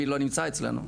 מי לא נמצא אצלנו,